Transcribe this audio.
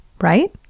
right